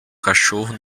cachorro